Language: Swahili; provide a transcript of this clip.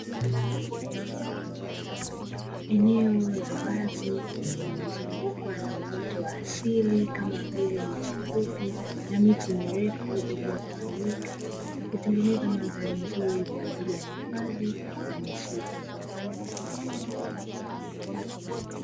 Eneo la wazi lililozungukwa na uoto wa asili kama vile nyasi fupi na miti mirefu iliyotawanyika, na kutengeneza mandhari nzuri kwa ajili ya hifadhi ya misitu.